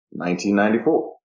1994